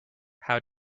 how